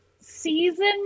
season